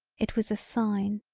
it was a sign.